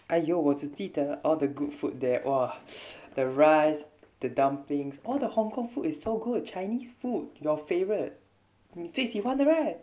!aiyo! 我只记得 all the good food there !wah! the rice the dumplings all the hong-kong food is so good chinese food your favourite 你最喜欢的 right